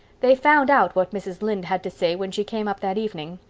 they found out what mrs. lynde had to say when she came up that evening.